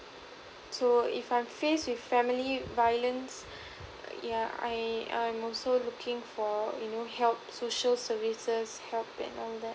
so if I'm faced with family violence yeah I I'm also looking for you know help social services help and all that